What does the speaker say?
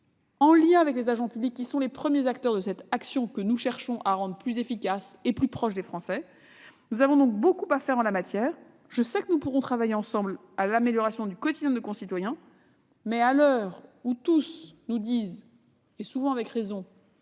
en lien avec les agents publics, qui sont les premiers acteurs de cette action, que nous cherchons à rendre plus efficace et plus proche des Français. Nous avons encore beaucoup à faire en la matière et je sais que nous pourrons travailler ensemble à l'amélioration du quotidien de nos concitoyens, mais, à l'heure où tous nous disent, souvent avec raison,